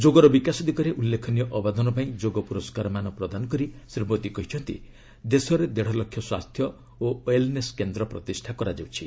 ଯୋଗର ବିକାଶ ଦିଗରେ ଉଲ୍ଲେଖନୀୟ ଅବଦାନ ପାଇଁ ଯୋଗ ପୁରସ୍କାରମାନ ପ୍ରଦାନ କରି ଶ୍ରୀ ମୋଦି କହିଛନ୍ତି ଦେଶରେ ଦେଢ଼ ଲକ୍ଷ ସ୍ୱାସ୍ଥ୍ୟ ଓ ଓ୍ବେଲ୍ନେସ୍ କେନ୍ଦ୍ର ପ୍ରତିଷ୍ଠା କରାଯାଉଛି